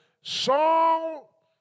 Saul